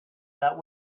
that